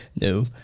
No